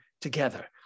together